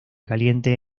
caliente